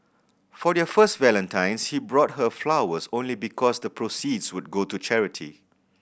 for their first Valentine's he bought her flowers only because the proceeds would go to charity